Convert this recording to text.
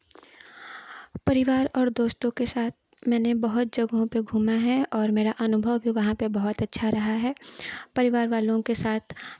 परिवार और दोस्तों के साथ मैंने बहुत जगहों पे घूमा है और मेरा अनुभव भी वहाँ पे बहुत अच्छा रहा है परिवार वालों के साथ